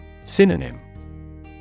synonym